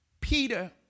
Peter